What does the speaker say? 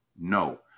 no